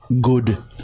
good